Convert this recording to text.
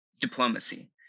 diplomacy